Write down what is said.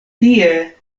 tie